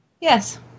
Yes